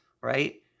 right